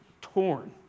torn